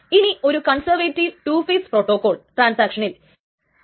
പക്ഷേ അതിനെ ഉപയോഗിക്കുന്നത് ടൈംസ്റ്റാമ്പ് ഓർഡർ പ്രോട്ടോകോളിൻറെ ഫിലോസഫിയ്ക്ക് വിരുദ്ധമാണ്